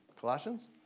Colossians